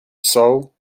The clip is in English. soul